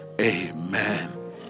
amen